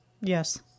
Yes